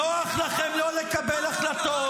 --- נוח לכם לא לקבל החלטות,